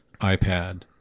iPad